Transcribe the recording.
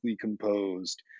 composed